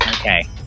Okay